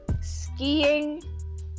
skiing